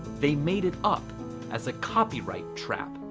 they made it up as a copyright trap.